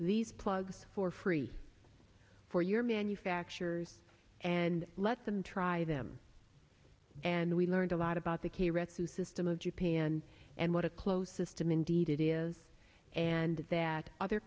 these plugs for free for your manufacturers and let them try them and we learned a lot about the k read through system of japan and what a closed system indeed it is and that other